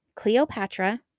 Cleopatra